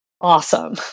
awesome